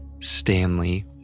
Stanley